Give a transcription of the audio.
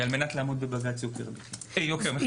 על מנת לעמוד בבג"ץ שטח המחיה.